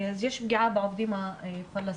אז יש פגיעה בעובדים הפלסטינים.